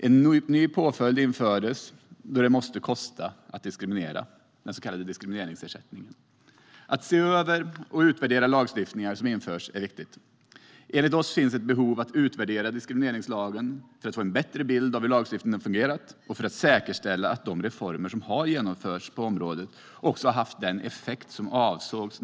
En ny påföljd infördes, den så kallade diskrimineringsersättningen, då det måste kosta att diskriminera. Att se över och utvärdera lagstiftning som införs är viktigt. Enligt oss finns ett behov av att utvärdera diskrimineringslagen för att få en bättre bild av hur den har fungerat och för att säkerställa att de reformer som har genomförts på området också har haft den effekt som avsågs.